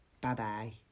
Bye-bye